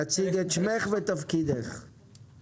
בוקר טוב.